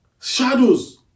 shadows